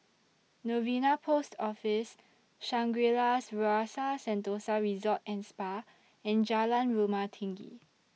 Novena Post Office Shangri La's Rasa Sentosa Resort and Spa and Jalan Rumah Tinggi